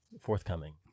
forthcoming